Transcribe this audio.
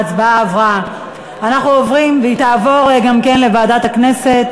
ההצעה עברה ותועבר גם כן לוועדת הכנסת,